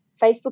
Facebook